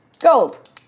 Gold